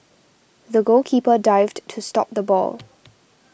the goalkeeper dived to stop the ball